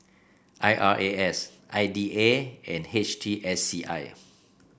I R A S I D A and H T S C I